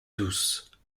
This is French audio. douce